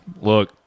look